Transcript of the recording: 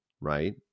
right